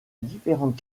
différentes